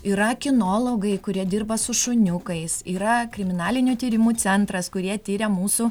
yra kinologai kurie dirba su šuniukais yra kriminalinių tyrimų centras kurie tiria mūsų